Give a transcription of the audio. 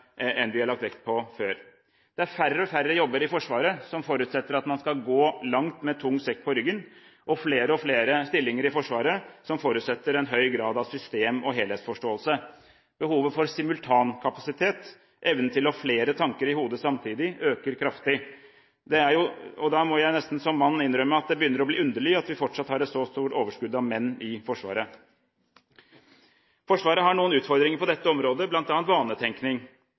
enn vi har lagt vekt på før. Det er færre og færre jobber i Forsvaret som forutsetter at man skal gå langt med tung sekk på ryggen. Flere og flere stillinger i Forsvaret forutsetter en høy grad av system- og helhetsforståelse. Behovet for simultankapasitet, evnen til å ha flere tanker i hodet samtidig, øker kraftig. Da må jeg nesten som mann innrømme at det begynner å bli underlig at vi fortsatt har et så stort overskudd av menn i Forsvaret! Forsvaret har noen utfordringer på dette området, bl.a. vanetenkning.